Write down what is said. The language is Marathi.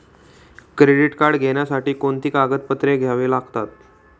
क्रेडिट कार्ड घेण्यासाठी कोणती कागदपत्रे घ्यावी लागतात?